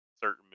certain